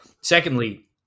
Secondly